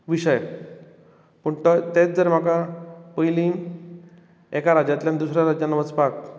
विशय पूण तेंच जर म्हाका पयलीं एका राज्यांतल्यान दुसऱ्या राज्यांत वचपाक